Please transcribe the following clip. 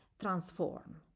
transform